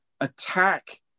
attack